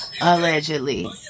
allegedly